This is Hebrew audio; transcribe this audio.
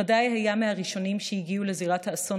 רדי היה מהראשונים שהגיעו לזירת האסון